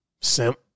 Simp